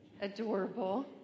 adorable